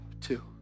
two